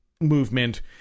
movement